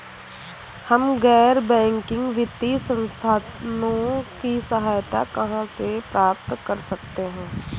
हम गैर बैंकिंग वित्तीय संस्थानों की सहायता कहाँ से प्राप्त कर सकते हैं?